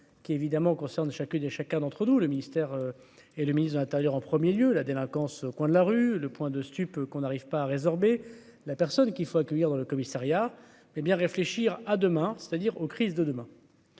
est évidemment concerne chacune et chacun d'entre nous le ministère et le ministre de l'Intérieur en 1er lieu la délinquance au coin de la rue, le point de stup qu'on arrive pas à résorber la personne qu'il faut accueillir dans le commissariat, hé bien réfléchir à demain, c'est-à-dire aux crises de demain.